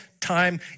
time